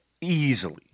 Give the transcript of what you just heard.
easily